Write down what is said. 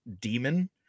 demon